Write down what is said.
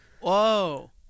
Whoa